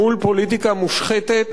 מול פוליטיקה מושחתת